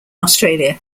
australia